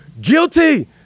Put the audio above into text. guilty